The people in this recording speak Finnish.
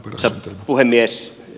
arvoisa puhemies